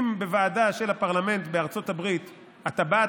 בוועדה של הפרלמנט בארצות הברית אתה בא,